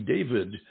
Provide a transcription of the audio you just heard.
David